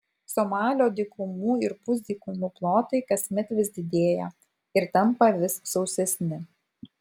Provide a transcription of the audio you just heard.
somalio dykumų ir pusdykumių plotai kasmet vis didėja ir tampa vis sausesni